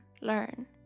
learn